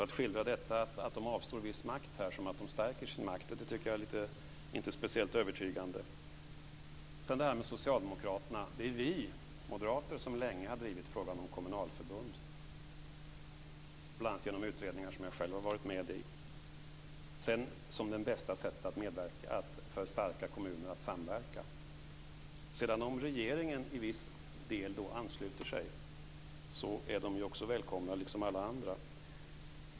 Att skildra detta att de avstår en viss makt som att de stärker sin makt tycker jag inte är speciellt övertygande. Sedan har vi det här med Socialdemokraterna. Det är vi moderater som länge har drivit frågan om ett kommunalförbund - bl.a. genom utredningar som jag själv har varit med i - som det bästa sättet att stärka kommuners möjligheter att samverka. Om sedan regeringen till viss del ansluter sig så är de också välkomna, liksom alla andra.